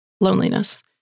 Loneliness